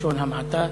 בלשון המעטה,